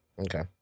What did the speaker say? Okay